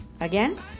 again